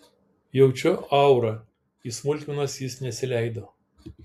jaučiu aurą į smulkmenas jis nesileido